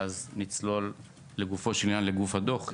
ואז נצלול לגופו של הדוח.